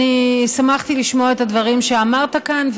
שמחתי לשמוע את הדברים שאמרת כאן,